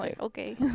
okay